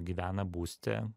gyvena būste